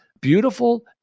beautiful